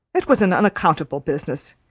it was an unaccountable business.